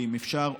ואם אפשר,